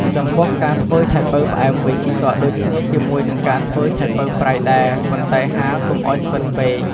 ចំពោះការធ្វើឆៃប៉ូវផ្អែមវិញ ក៏ដូចគ្នាជាមួយនឹងការធ្វើឆៃប៉ូវប្រៃដែរប៉ុន្តែហាលកុំឱ្យស្វិតពេក។